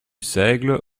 seigle